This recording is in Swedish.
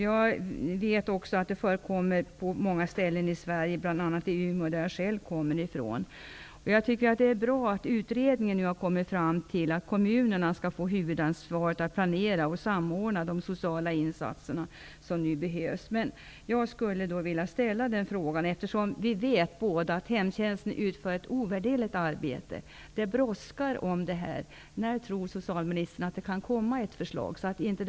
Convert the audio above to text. Jag vet också att det är så på många ställen i Sverige, bl.a. i Umeå, som jag kommer ifrån. Det är bra att en utredning nu har kommit fram till att kommunerna bör få huvudansvaret för att planera och samordna de sociala insatser som behövs. Eftersom vi båda vet att hemtjänsten utför ett ovärderligt arbete och att det brådskar, skulle jag vilja fråga: När tror socialministern att ett förslag kan komma?